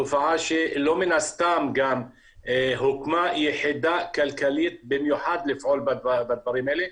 תופעה שלא מן הסתם גם הוקמה יחידה כלכלית במיוחד לפעול בדברים האלה,